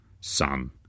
Son